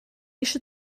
eisiau